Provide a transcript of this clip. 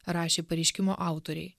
rašė pareiškimo autoriai